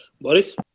Boris